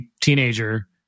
teenager